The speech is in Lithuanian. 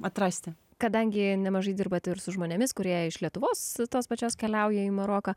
atrasti kadangi nemažai dirbat ir su žmonėmis kurie iš lietuvos tos pačios keliauja į maroką